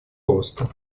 росту